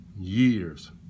years